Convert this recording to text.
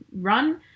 run